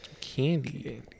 Candy